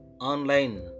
online